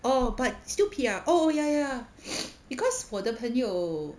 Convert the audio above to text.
oh but still P_R oh ya ya ya because 我的朋友